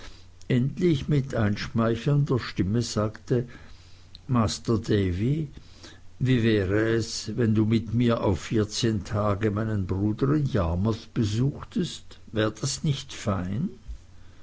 endlich mit einschmeichelnder stimme sagte master davy wie wäre es wenn du mit mir auf vierzehn tage meinen bruder in yarmouth besuchtest wär das nicht fein